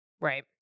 Right